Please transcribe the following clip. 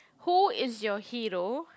who is your hero